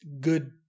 good